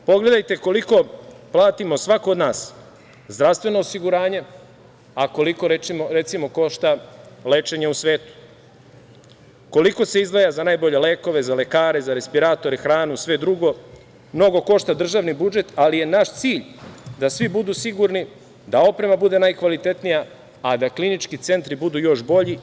Pogledajte koliko platimo, svako od nas, zdravstveno osiguranje, a koliko, recimo, košta lečenje u svetu, koliko se izdvaja za najbolje lekove, za lekare, za respiratore, hranu, sve drugo, mnogo košta državni budžet, ali je naš cilj da svi budu sigurni, da oprema bude najkvalitetnija, a da klinički centri budu još bolji.